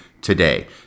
today